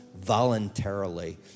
voluntarily